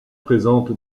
présente